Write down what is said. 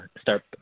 start –